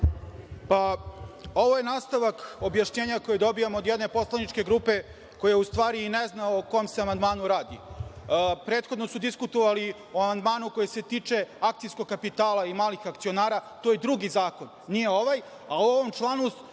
Ovo je nastavak objašnjenja koje dobijamo od jedne poslaničke grupe koja u stvari i ne zna o kom se amandmanu radi. Prethodno su diskutovali o amandmanu koji se tiče akcijskog kapitala i malih akcionara, a to je drugi zakon, nije ovaj. U ovom članu